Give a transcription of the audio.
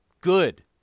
good